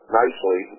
nicely